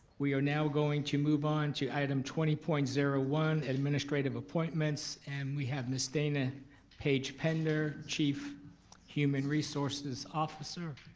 we are now going to move on to item twenty point zero one administrative appointments and we have miss dana paige-pender chief human resources officer.